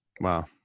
Wow